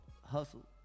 Hustle